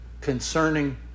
concerning